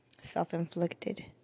self-inflicted